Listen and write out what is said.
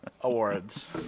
awards